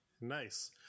Nice